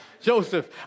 Joseph